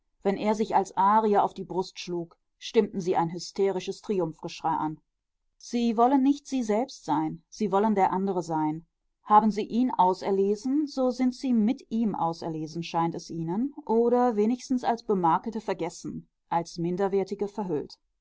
wenn er sich als arier auf die brust schlug stimmten sie ein hysterisches triumphgeschrei an sie wollen nicht sie selbst sein sie wollen der andere sein haben sie ihn auserlesen so sind sie mit ihm auserlesen scheint es ihnen oder wenigstens als bemakelte vergessen als minderwertige verhüllt